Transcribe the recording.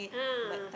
a'ah ah